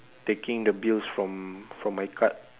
taking the bills from from my card